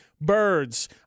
birds